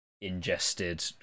ingested